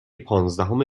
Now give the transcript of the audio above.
پانزدهم